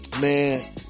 man